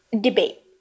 debate